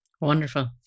wonderful